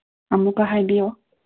ꯑꯃꯨꯛꯀ ꯍꯥꯏꯕꯤꯌꯣ